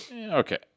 Okay